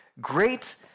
great